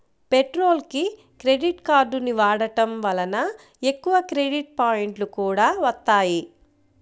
పెట్రోల్కి క్రెడిట్ కార్డుని వాడటం వలన ఎక్కువ క్రెడిట్ పాయింట్లు కూడా వత్తాయి